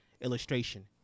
illustration